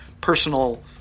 personal